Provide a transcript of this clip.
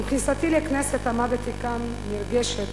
עם כניסתי לכנסת עמדתי כאן נרגשת